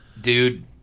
Dude